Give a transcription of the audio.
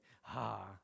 ha